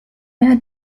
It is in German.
mehr